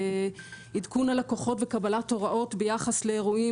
עדכון הלקוחות וקבלת הוראות ביחס לאירועים